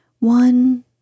one